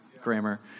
grammar